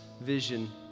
vision